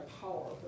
power